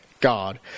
God